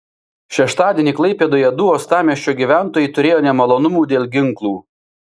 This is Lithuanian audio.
šeštadienį klaipėdoje du uostamiesčio gyventojai turėjo nemalonumų dėl ginklų